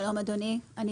שלום אדוני, אני